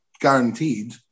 guaranteed